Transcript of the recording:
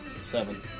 Seven